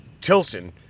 Tilson